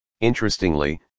Interestingly